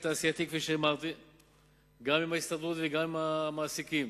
תעשייתי גם עם ההסתדרות וגם עם המעסיקים,